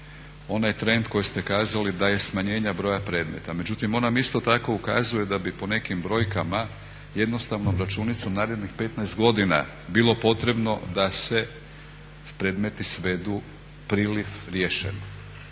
onaj trend koji ste kazali da je smanjenja broja predmeta. Međutim, on nam isto tako ukazuje da bi po nekim brojkama jednostavnom računicom narednih 15 godina bilo potrebno da se predmeti svedu priljev riješen.